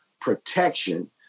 protection